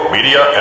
Media